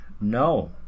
no